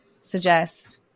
suggest